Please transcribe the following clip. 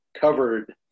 covered